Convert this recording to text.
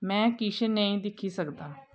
में किश नेईं दिक्खी सकदा